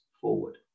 forward